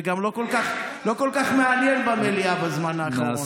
וגם לא כל כך מעניין במליאה בזמן האחרון.